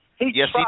Yes